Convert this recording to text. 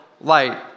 light